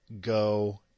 go